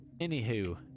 Anywho